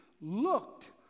looked